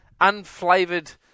unflavoured